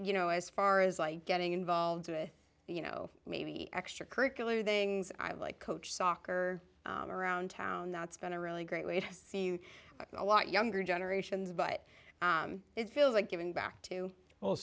you know as far as like getting involved with you know maybe extra curricular that i like coach soccer around town that's been a really great way to see a lot younger generations but it feels like giving back to